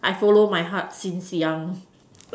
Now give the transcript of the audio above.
I follow my heart since young